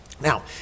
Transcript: Now